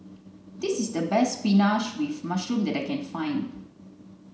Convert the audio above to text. this is the best Spinach with mushroom that I can find